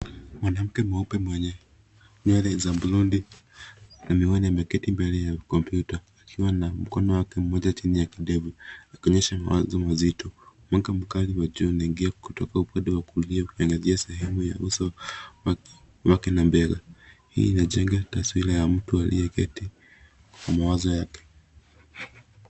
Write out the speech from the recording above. Mwanamke mweupe mwenye nywele za blondi na miwani ameketi mbele ya kompyuta. Huwa na mkono wake mmoja chini ya kidevu akionyesha mawazo mazito. Mwanga mkali wa jua unaingia kutoka upande wa kulia kuelekea sehemu ya meza wake na mbele. Hii inajenga taswira ya mtu aliyeketi na mawazo yake.